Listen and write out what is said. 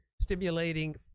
stimulating